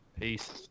Peace